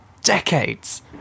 decades